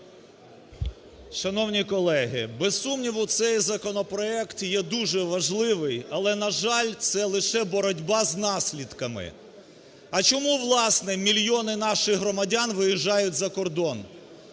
Шановні колеги, без сумніву, цей законопроект є дуже важливий, але, на жаль, це лише боротьба з наслідками. А чому, власне, мільйони наших громадян виїжджають за кордон?